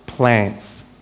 Plants